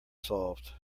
solved